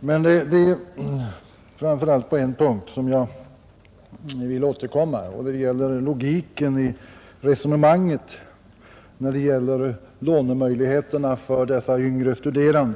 Men en sak kan jag ändå inte undgå att beröra, nämligen fröken Sandells logik i resonemanget om lånemöjligheterna för de yngre studerandena.